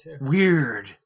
weird